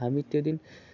हामी त्यो दिन